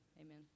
amen